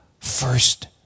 first